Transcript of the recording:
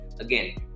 Again